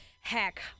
Heck